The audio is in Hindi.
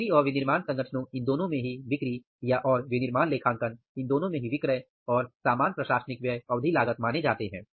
बिक्री और विनिर्माण संगठनों इन दोनों में ही या बिक्री और विनिर्माण लेखांकन इन दोनों में ही विक्रय और सामान प्रशासनिक व्यय अवधि लागत माने जाते हैं